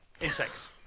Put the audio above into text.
Insects